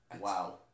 Wow